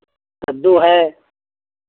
कद्दू है